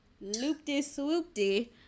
loop-de-swoop-de